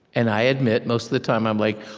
and i admit, most of the time, i'm like,